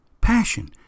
passion